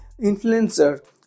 influencer